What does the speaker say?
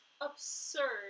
absurd